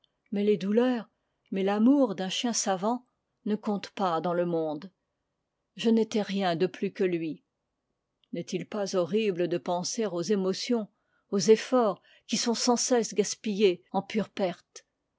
mais les douleurs mais l'amour d'un chien savant ne comptent pas dans le monde je n'étais rien de plus que lui inest il pas horrible de penser aux émotiors aux efforts qui sont sans cesse gaspillés en pure perte